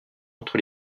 entre